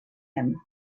him